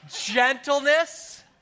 gentleness